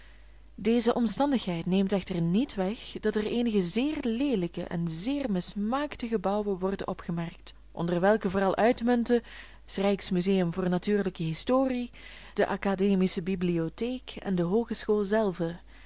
deze omstandigheid neemt echter niet weg dat er eenige zeer leelijke en zeer mismaakte gebouwen worden opgemerkt onder welke vooral uitmunten s rijks museum voor natuurlijke historie de academische bibliotheek en de hoogeschool zelve